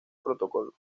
protocolo